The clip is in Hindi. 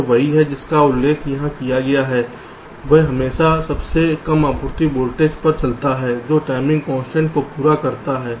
यह वही है जिसका उल्लेख यहां किया गया है वह हमेशा सबसे कम आपूर्ति वोल्टेज पर चलता है जो टाइमिंग कंस्ट्रेंट को पूरा करता है